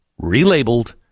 relabeled